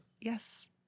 Yes